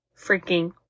freaking